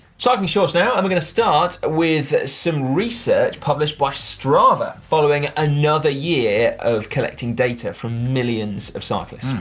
cycling shorts now, and we're going to start with some research published by strava following another year of collecting data from millions of cyclists.